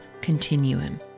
continuum